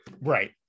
right